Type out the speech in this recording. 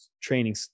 training